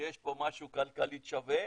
שיש פה משהו כלכלית שווה,